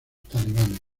talibanes